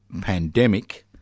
Pandemic